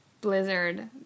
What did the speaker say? blizzard